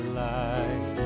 light